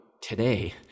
today